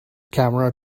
camera